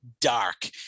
dark